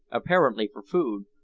apparently for food,